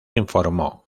informó